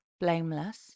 blameless